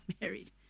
married